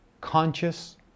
conscious